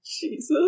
Jesus